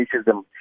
racism